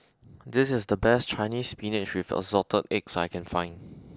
this is the best Chinese Spinach with Assorted Eggs I can find